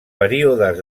períodes